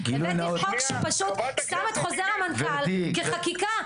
הבאתי חוק שפשוט שם את חוזר המנכ"ל כחקיקה,